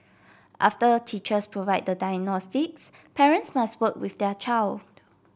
after teachers provide the diagnostics parents must work with their child